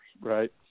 right